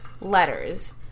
letters